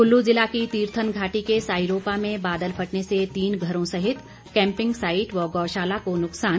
कुल्लू जिला की तीर्थन घाटी के साईरोपा में बादल फटने से तीन घरों सहित कैंपिंग साईट व गौशाला को नुकसान